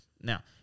Now